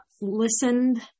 listened